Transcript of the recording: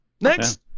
next